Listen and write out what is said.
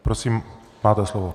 Prosím, máte slovo.